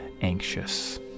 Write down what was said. Anxious